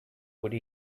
would